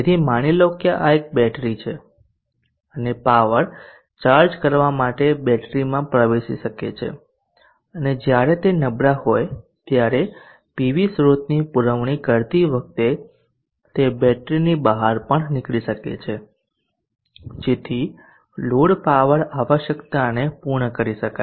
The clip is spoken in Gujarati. તેથી માની લો કે આ એક બેટરી છે અને પાવર ચાર્જ કરવા માટે બેટરીમાં પ્રવેશી શકે છે અને જ્યારે તે નબળા હોય ત્યારે પીવી સ્રોતની પૂરવણી કરતી વખતે તે બેટરીની બહાર પણ નીકળી શકે છે જેથી લોડ પાવર આવશ્યકતાને પૂર્ણ કરી શકાય